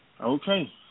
Okay